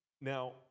Now